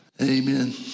Amen